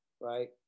right